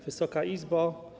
Wysoka Izbo!